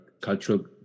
cultural